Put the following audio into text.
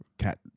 Cat